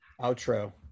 outro